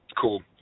Cool